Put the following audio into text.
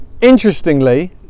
interestingly